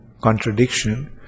contradiction